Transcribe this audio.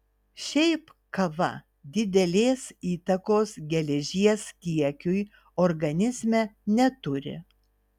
šiaip kava didelės įtakos geležies kiekiui organizme neturi